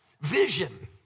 Vision